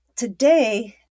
Today